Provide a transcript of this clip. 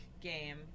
game